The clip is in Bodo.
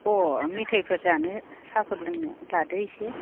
अ' मेथाइफोर जानो साहाफोर लोंनो लादो एसे